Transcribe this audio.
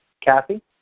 Kathy